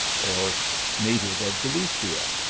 or native of gallicia,